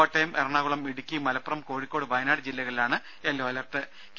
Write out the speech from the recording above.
കോട്ടയം എറണാകുളം ഇടുക്കി മലപ്പുറം കോഴിക്കോട് വയനാട് ജില്ലകളിലാണ് yellow alert പ്രഖ്യാപിച്ചത്